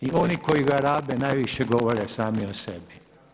I oni koji ga rabe najviše govore sami o sebi.